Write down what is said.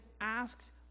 asked